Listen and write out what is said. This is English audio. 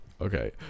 Okay